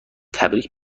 تبریک